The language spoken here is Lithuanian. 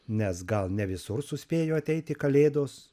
nes gal ne visur suspėjo ateiti kalėdos